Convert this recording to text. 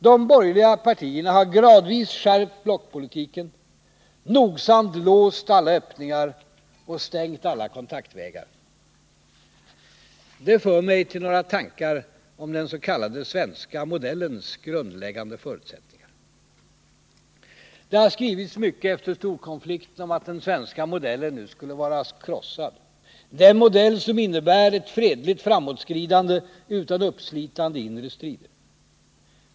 De borgerliga partierna har gradvis skärpt blockpolitiken, nogsamt låst alla öppningar och stängt alla kontaktvägar. Det för mig till några tankar om den s.k. svenska modellens grundläggande förutsättningar. Det har skrivits mycket efter storkonflikten om att den svenska modellen nu skulle vara krossad, den modell som innebär ett fredligt framåtskridande utan uppslitande inre strider.